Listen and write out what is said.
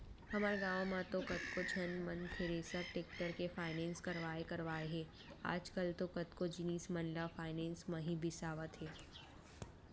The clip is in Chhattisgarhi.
हमर गॉंव म तो कतको झन मन थेरेसर, टेक्टर के फायनेंस करवाय करवाय हे आजकल तो कतको जिनिस मन ल फायनेंस म ही बिसावत हें